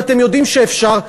ואתם יודעים שאפשר,